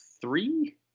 three